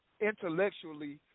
intellectually